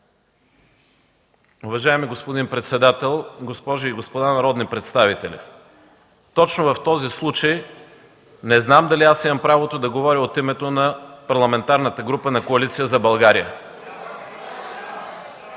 Уважаеми господин председател, госпожи и господа народни представители! Точно в този случай не знам дали аз имам правото да говоря от името на Парламентарната група на Коалиция за България.